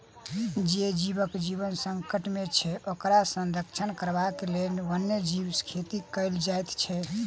जे जीवक जीवन संकट मे छै, ओकर संरक्षण करबाक लेल वन्य जीव खेती कयल जाइत छै